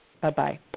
Bye-bye